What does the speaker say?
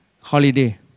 holiday